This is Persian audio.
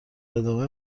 ادامه